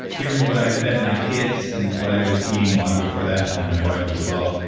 given what i fed my kids and what i was eating long before that and my wife as well,